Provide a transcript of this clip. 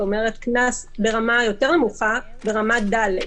כלומר קנס ברמה יותר נמוכה, רמה ד'.